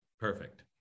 perfect